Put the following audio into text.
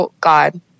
God